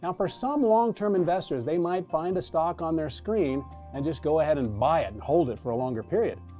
um for some long-term investors, they might find a stock on their screen and just go ahead and buy it and hold it for a longer period.